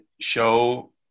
show